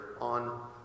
on